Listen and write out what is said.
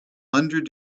hundred